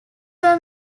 were